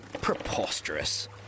Preposterous